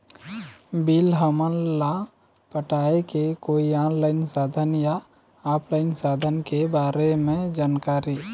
Bill हमन ला पटाए के कोई ऑनलाइन साधन या ऑफलाइन साधन के बारे मे जानकारी?